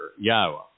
Yahweh